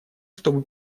чтобы